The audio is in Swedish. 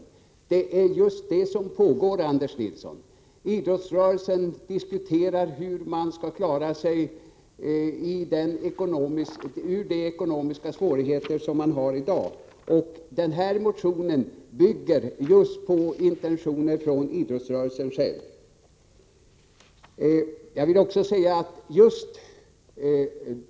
Men det är just detta som pågår, Anders Nilsson. Inom idrottsrörelsen diskuterar man hur man skall klara sig ur de ekonomiska svårigheter som man har i dag, och den här motionen bygger just på intentioner från idrottsrörelsen.